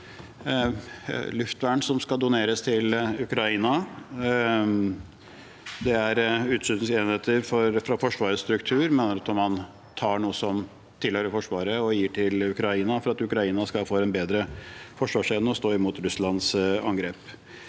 luftvern som skal doneres til Ukraina. Det er utskytingsenheter fra Forsvarets struktur. Man tar altså noe som tilhører Forsvaret, og gir til Ukraina for at Ukraina skal få en bedre forsvarsevne og stå imot Russlands angrep.